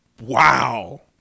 Wow